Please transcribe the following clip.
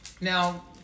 Now